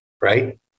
right